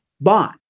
bond